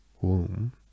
womb